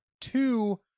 two